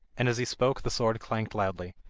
and as he spoke the sword clanked loudly.